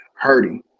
hurting